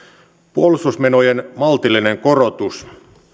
puolustusmenojen maltillinen korotus